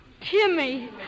Timmy